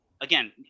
Again